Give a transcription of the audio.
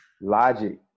logic